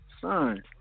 Son